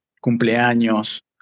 cumpleaños